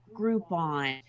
groupon